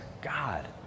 God